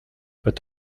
vingt